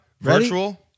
virtual